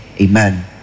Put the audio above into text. Amen